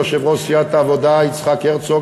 יושב-ראש סיעת העבודה יצחק הרצוג,